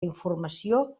informació